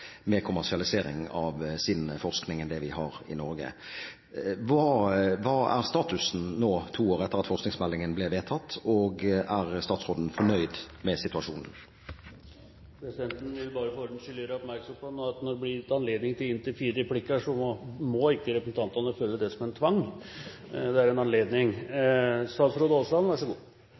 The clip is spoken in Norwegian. med kommersialisering av sin forskning enn det vi har i Norge. Hva er statusen nå, to år etter at forskningsmeldingen ble vedtatt, og er statsråden fornøyd med situasjonen? Presidenten vil for ordens skyld gjøre oppmerksom på at når det blir gitt anledning til fire replikker, så må ikke representanten føle det som en tvang, det er en anledning.